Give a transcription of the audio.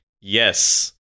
Yes